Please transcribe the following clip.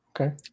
Okay